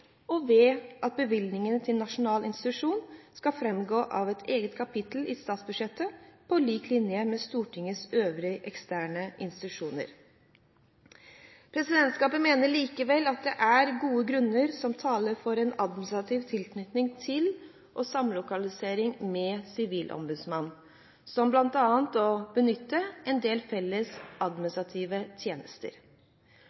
og ved at bevilgningen til nasjonal institusjon skal framgå av et eget kapittel i statsbudsjettet, på lik linje med Stortingets øvrige eksterne institusjoner. Presidentskapet mener likevel at det er gode grunner som taler for en administrativ tilknytning til og samlokalisering med Sivilombudsmannen, som bl.a. å benytte en del felles